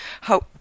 How